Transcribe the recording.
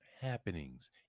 happenings